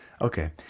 Okay